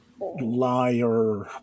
liar